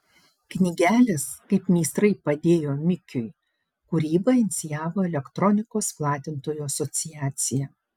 knygelės kaip meistrai padėjo mikiui kūrybą inicijavo elektronikos platintojų asociacija